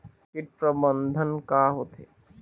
कीट प्रबंधन का होथे?